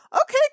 Okay